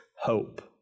hope